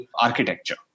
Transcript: architecture